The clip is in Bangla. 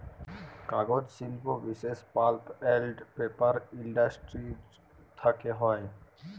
কাগজ শিল্প বিশেষ পাল্প এল্ড পেপার ইলডাসটিরি থ্যাকে হ্যয়